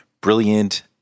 brilliant